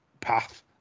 path